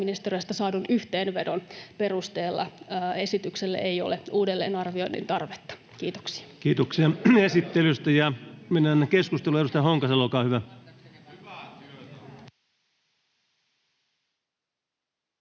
sisäministeriöstä saadun yhteenvedon perusteella esityksen uudelleenarvioinnille ei ole tarvetta. — Kiitoksia. Kiitoksia esittelystä, ja mennään keskusteluun. — Edustaja Honkasalo, olkaa hyvä.